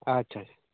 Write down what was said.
ᱟᱪᱪᱷᱟ ᱟᱪᱷᱟ